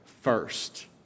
first